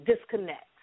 disconnect